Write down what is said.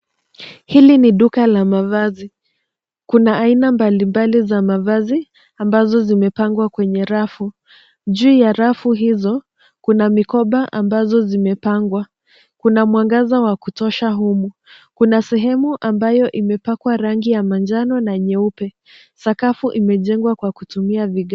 Hili ni duka la mavazi, kuna aina mbalimbali za mavazi ambazo zimepangwa kwenye rafu. Juu ya rafu hizo kuna mikoba ambazo zimepangwa. Kuna mwangaza wa kutosha humu. Kuna sehemu ambayo imepakwa rangi ya manjano na nyeupe. Sakafu imejengwa kwa kutumia vigae.